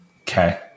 Okay